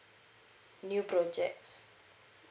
new projects